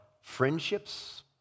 friendships